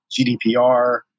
GDPR